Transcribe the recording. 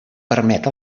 permet